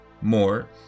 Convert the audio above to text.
more